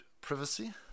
privacy